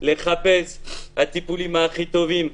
לחפש את הטיפולים הכי טובים,